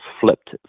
flipped